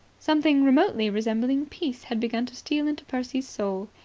something remotely resembling peace had begun to steal into percy's soul,